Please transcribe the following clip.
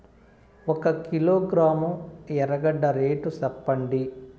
ఒక కిలోగ్రాము ఎర్రగడ్డ రేటు సెప్పండి?